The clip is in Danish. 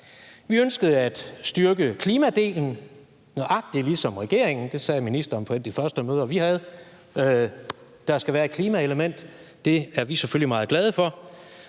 Vi ønskede at styrke klimadelen, nøjagtig ligesom regeringen; det sagde ministeren på et af de første møder, vi havde, altså at der skulle være et klimaelement. Det er vi selvfølgelig meget glade for,